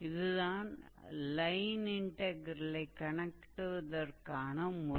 இதுதான் லைன் இன்டக்ரெலைக் கணக்கிடுவதற்கான முறை